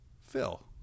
phil